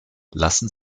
lassen